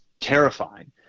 terrifying